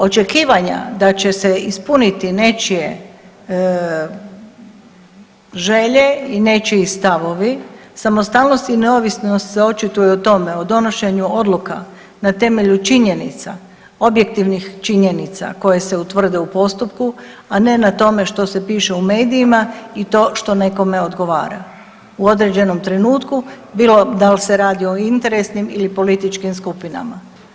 Očekivanja da će ispuniti nečije želje i nečiji stavovi, samostalnost i neovisnost se očituju u tome o donošenju odluka na temelju činjenica, objektivnih činjenica koje se utvrde u postupku, a ne na tome što se piše u medijima i to što nekome odgovara u određenom trenutku, bilo da l' se radi o interesnim ili političkim skupinama.